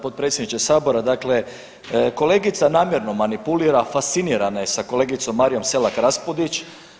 Potpredsjedniče Sabora, dakle kolegica namjerno manipulira, fascinirana je sa kolegicom Marijom Selak-Raspudić.